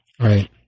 Right